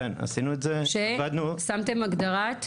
שמתם הגדרת...